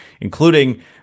including